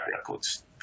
record's